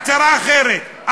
הצהרה אחרת.